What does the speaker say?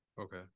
Okay